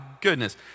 goodness